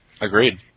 Agreed